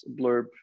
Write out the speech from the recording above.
blurb